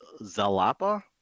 Zalapa